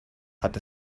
hat